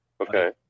okay